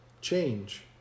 change